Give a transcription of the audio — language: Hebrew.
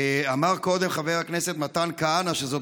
אמר קודם חבר הכנסת מתן כהנא שזאת